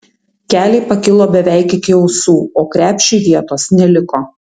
keliai pakilo beveik iki ausų o krepšiui vietos neliko